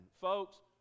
Folks